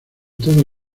todas